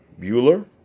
Bueller